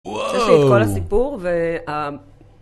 יש לי את כל הסיפור ו...